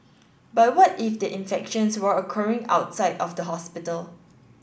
but what if the infections were occurring outside of the hospital